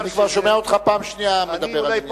אני כבר שומע אותך פעם שנייה מדבר על העניין הזה.